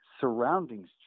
surroundings